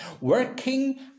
working